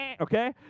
okay